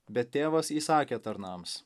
bet tėvas įsakė tarnams